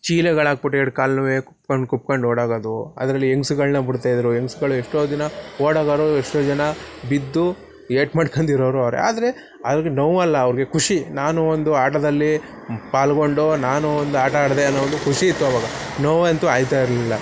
ಚೀಲಗಳು ಹಾಕ್ಬಿಟ್ಟು ಎರ್ಡು ಕಾಲ್ನೂ ಕುಕ್ಕೊಂಡು ಕುಕ್ಕೊಂಡು ಓಡೋಗೋದು ಅದರಲ್ಲಿ ಹೆಂಗ್ಸುಗಳನ್ನ ಬಿಡ್ತಾಯಿದ್ರು ಹೆಂಗ್ಸುಗಳು ಎಷ್ಟೋ ಜನ ಓಡೋಗೋರು ಎಷ್ಟೋ ಜನ ಬಿದ್ದು ಏಟು ಮಾಡ್ಕೊಂಡಿರೋರು ಅವರೇ ಆದರೆ ಅವ್ರಿಗೆ ನೋವಲ್ಲ ಅವ್ರಿಗೆ ಖುಷಿ ನಾನು ಒಂದು ಆಟದಲ್ಲಿ ಪಾಲ್ಗೊಂಡು ನಾನು ಒಂದು ಆಟ ಆಡದೇ ಅನ್ನೋ ಒಂದು ಖುಷಿಯಿತ್ತು ಆವಾಗ ನೋವಂತೂ ಆಗ್ತಾ ಇರಲಿಲ್ಲ